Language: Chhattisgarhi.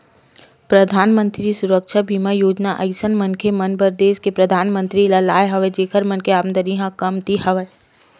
परधानमंतरी सुरक्छा बीमा योजना अइसन मनखे मन बर देस के परधानमंतरी ह लाय हवय जेखर मन के आमदानी ह कमती हवय